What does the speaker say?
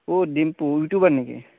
অ' Dimpu YouTuber নেকি